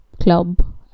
club